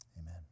Amen